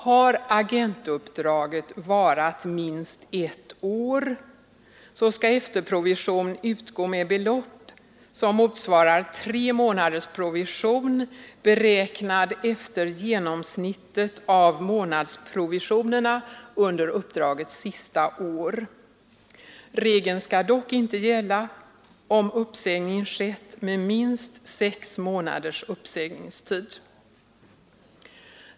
Har agentuppdraget varat minst ett år, skall efterprovision utgå med belopp som motsvarar tre månaders provision beräknad efter genomsnittet av månadsprovisionerna under uppdragets sista år. Regeln skall dock inte gälla om uppsägning skett med minst sex månaders uppsägningstid.